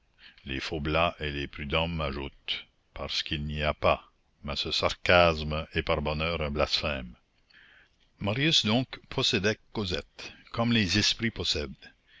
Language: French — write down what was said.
les faublas et les prudhomme ajoutent parce qu'il n'y en a pas mais ce sarcasme est par bonheur un blasphème marius donc possédait cosette comme les esprits possèdent